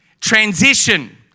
transition